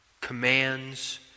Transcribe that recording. commands